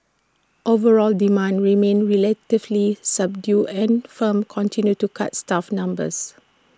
overall demand remained relatively subdued and firms continued to cut staff numbers